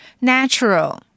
Natural